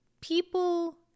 people